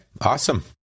awesome